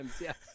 Yes